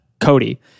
Cody